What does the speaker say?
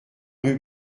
rue